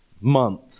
month